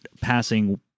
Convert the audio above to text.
passing